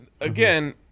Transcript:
again